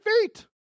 feet